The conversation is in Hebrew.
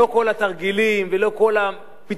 לא כל התרגילים ולא כל הפתרונות,